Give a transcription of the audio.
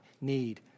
need